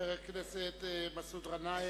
חבר הכנסת מסעוד גנאים,